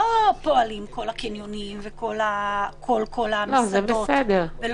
לא פועלים כל הקניונים ולא כל המסעדות,